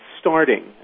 starting